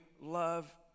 love